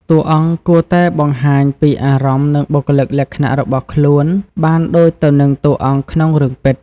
តួអង្គគួរតែអាចបង្ហាញពីអារម្មណ៍ និងបុគ្គលិកលក្ខណៈរបស់ខ្លួនបានដូចទៅនឹងតួអង្គក្នុងរឿងពិត។